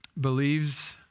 believes